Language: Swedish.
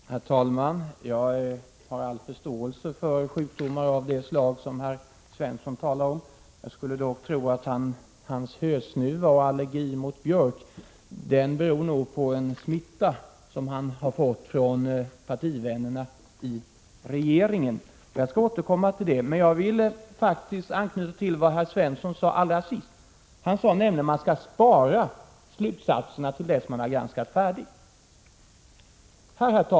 Herr talman! Jag har full förståelse för sjukdomar av det slag som herr Svensson talar om. Hans hösnuva och allergi mot björk tror jag dock beror på en smitta som han har fått från partivännerna i regeringen. Jag skall återkomma till detta. Jag vill först anknyta till det som herr Svensson anförde allra sist. Han sade nämligen att man skall spara slutsatserna tills man har granskat färdigt.